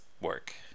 work